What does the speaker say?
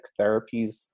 therapies